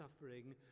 suffering